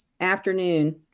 afternoon